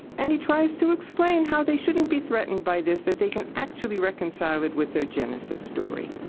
and he tries to explain how they shouldn't be threatened by this, that they can actually reconcile it with their genesis story.